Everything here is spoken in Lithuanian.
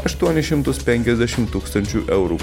aštuonis šimtus penkiasdešim tūkstančių eurų